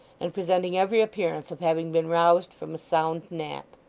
and presenting every appearance of having been roused from a sound nap.